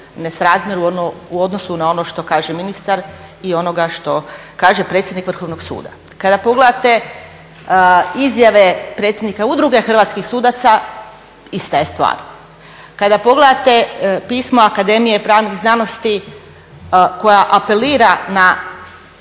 u odnosu na ono što kaže ministar i onoga što kaže predsjednik Vrhovnog suda. Kada pogledate izjave predsjednika Udruge Hrvatskih sudaca, ista je stvar. Kada pogledate pismo Akademije pravnih znanosti koja apelira na,